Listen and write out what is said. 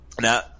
Now